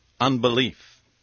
unbelief